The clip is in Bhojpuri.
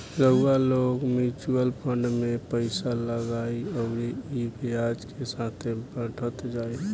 रउआ लोग मिऊचुअल फंड मे पइसा लगाई अउरी ई ब्याज के साथे बढ़त जाई